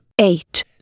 Eight